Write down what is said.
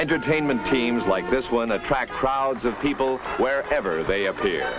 entertainment teams like this one attract crowds of people wherever they appear